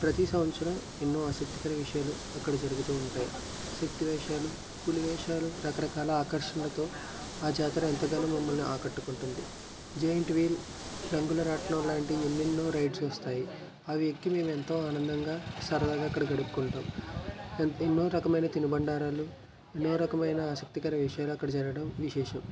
ప్రతీ సంవత్సరం ఎన్నో ఆసక్తికర విషయాలు అక్కడ జరుగుతూ ఉంటాయి శక్తి వేషాలు పులి వేషాలు రకరకాల ఆకర్షణతో ఆ జాతర ఎంతగానో మిమ్మల్ని ఆకట్టుకుంటుంది జెయింట్ వీల్ రంగులరాట్నం లాంటి ఎన్నెన్నో రైడ్స్ వస్తాయి అవి ఎక్కి మేము ఎంతో ఆనందంగా సరదాగా అక్కడ గడుపుకుంటాము ఏం ఎన్నో రకమైన తినుబండారాలు ఎన్నో రకమైన ఆసక్తికరమైన విషయాలు అక్కడ జరగడం విశేషం